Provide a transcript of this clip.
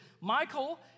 Michael